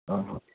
अहँ